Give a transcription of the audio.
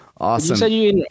Awesome